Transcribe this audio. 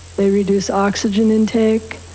they reduce oxygen intake,